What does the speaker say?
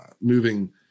moving